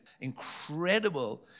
incredible